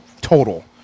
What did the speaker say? total